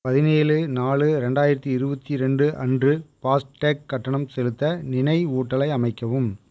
பதினேழு நாலு ரெண்டாயிரத்து இருபத்தி ரெண்டு அன்று ஃபாஸ்டேக் கட்டணம் செலுத்த நினைவூட்டலை அமைக்கவும்